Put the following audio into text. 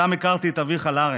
ושם הכרתי את אביך לארנס.